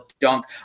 dunk